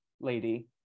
lady